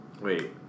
Wait